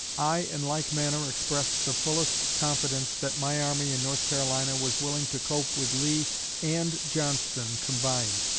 i in like manner expressed the fullest confidence that my army in north carolina was willing to cope with lee and johnston combined,